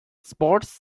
sports